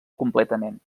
completament